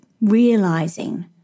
realizing